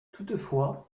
toutefois